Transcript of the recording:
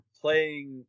playing